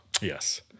Yes